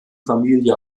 familie